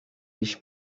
ich